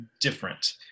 different